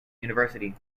university